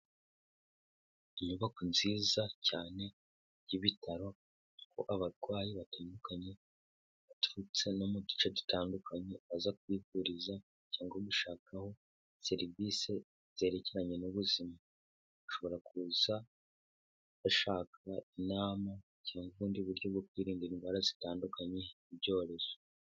Inyubako nziza cyane y'ibitaro ko abarwayi batandukanye baturutse no mu duce dutandukanye baza kwivuriza cyangwa gushakaho serivisi zerekeranye n'ubuzima. Bashobora kuza bashaka inama cyangwa ubundi buryo bwo kwirinda indwara zitandukanye n'ibyorezo.